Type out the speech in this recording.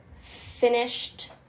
finished